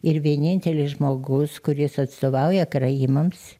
ir vienintelis žmogus kuris atstovauja karaimams